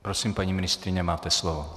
Prosím, paní ministryně, máte slovo.